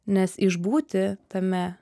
nes išbūti tame